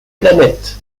planètes